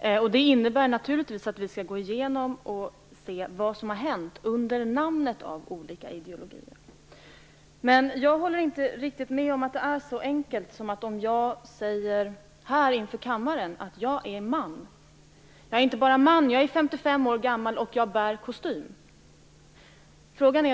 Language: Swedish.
tycker. Det innebär naturligtvis att vi skall gå igenom och se vad som hänt under namnet av olika ideologier. Jag håller inte riktigt med om att det är så enkelt som att jag här i kammaren säger att jag är man, 55 år gammal och bär kostym.